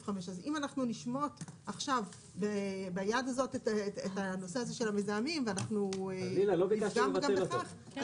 5. אז אם נשמוט עכשיו ביד הזאת את הנושא הזה של המזהמים ונפגע גם בכך,